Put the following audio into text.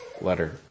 letter